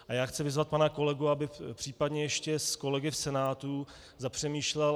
A já chci vyzvat pana kolegu, aby případně ještě s kolegy v Senátu zapřemýšlel.